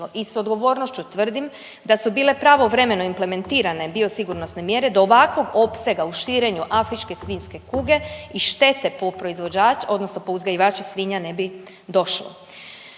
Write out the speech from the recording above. I s odgovornošću tvrdim da su bile pravovremeno implementirane biosigurnosne mjere do ovakvog opsega u širenju afričke svinjske kuge i štete po uzgajivača svinja ne bi došlo.